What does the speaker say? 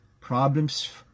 Problems